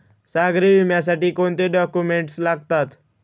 सागरी विम्यासाठी कोणते डॉक्युमेंट्स लागतात?